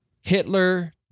Hitler